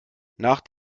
nach